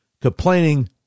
complaining